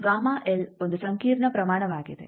ಈಗ ಒಂದು ಸಂಕೀರ್ಣ ಪ್ರಮಾಣವಾಗಿದೆ